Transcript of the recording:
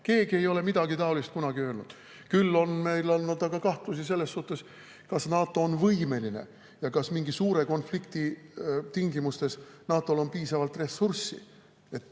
keegi ei ole midagi taolist kunagi öelnud. Küll aga on meil olnud kahtlusi selles, kas NATO on võimeline ja kas mingi suure konflikti tingimustes on NATO‑l piisavalt ressurssi,